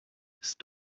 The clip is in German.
ist